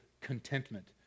contentment